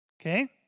Okay